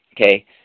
Okay